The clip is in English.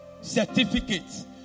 certificates